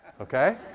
okay